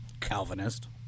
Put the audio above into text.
Calvinist